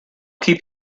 keep